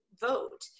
vote